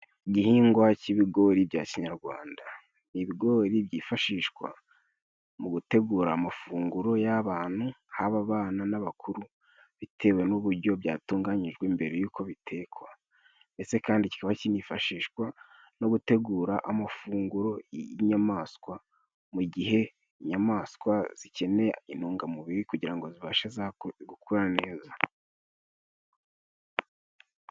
Igihingwa cy'ibigori bya kinyarwanda: Ibigori byifashishwa mu ugutegura amafunguro y'abantu haba abana n'abakuru bitewe n'uburyo byatunganyijwe mbere y'uko bitekwa. Ndetse kandi kikaba kinifashishwa no gutegura amafunguro y'inyamaswa mu gihe inyamaswa zikeneye intungamubiri kugira ngo zibashe gukura neza.